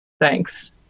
thanks